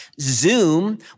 Zoom